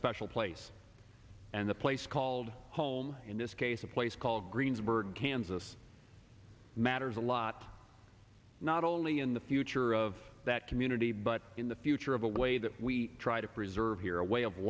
special place and the place called home in this case a place called greensburg kansas matters a lot not only in the future of that community but in the future of the way that we try to preserve here a way of